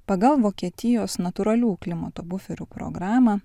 pagal vokietijos natūralių klimato buferių programą